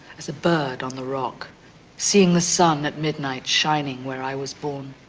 as a bird on the rock seeing the sun at midnight shining where i was born.